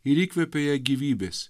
ir įkvepia ją gyvybės